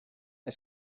est